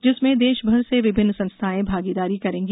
जिसमें देशभर से विभिन्न संस्थाए भागीदारी करेंगी